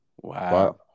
Wow